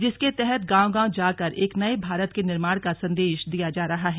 जिसके तहत गांव गांव जाकर एक नए भारत के निर्माण का संदेश दिया जा रहा है